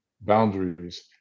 boundaries